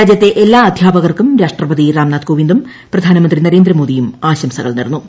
രാജ്യത്തെ എല്ലാ അധ്യാപകർക്കും രാഷ്ട്രപതി രാംനാഥ് കോവിന്ദും പ്രധാനമന്ത്രി നരേന്ദ്രമോദിയും ആശംസകൾ നേർന്നു